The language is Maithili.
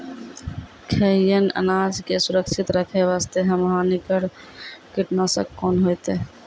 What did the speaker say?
खैहियन अनाज के सुरक्षित रखे बास्ते, कम हानिकर कीटनासक कोंन होइतै?